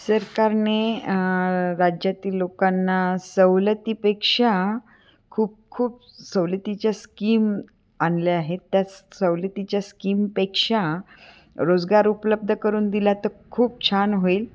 सरकारने राज्यातील लोकांना सवलतीपेक्षा खूप खूप सवलतीच्या स्कीम आणल्या आहेत त्याच सवलतीच्या स्कीमपेक्षा रोजगार उपलब्ध करून दिला तर खूप छान होईल